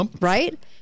Right